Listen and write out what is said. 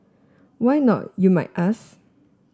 why not you might ask